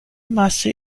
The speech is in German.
masse